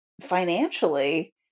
financially